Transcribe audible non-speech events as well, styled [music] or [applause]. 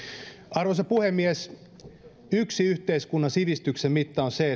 arvoisa puhemies yksi yhteiskunnan sivistyksen mitta on se [unintelligible]